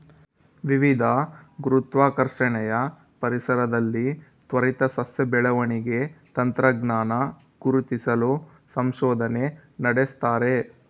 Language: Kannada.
ವಿವಿಧ ಗುರುತ್ವಾಕರ್ಷಣೆಯ ಪರಿಸರದಲ್ಲಿ ತ್ವರಿತ ಸಸ್ಯ ಬೆಳವಣಿಗೆ ತಂತ್ರಜ್ಞಾನ ಗುರುತಿಸಲು ಸಂಶೋಧನೆ ನಡೆಸ್ತಾರೆ